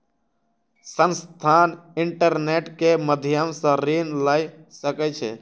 संस्थान, इंटरनेट के माध्यम सॅ ऋण लय सकै छै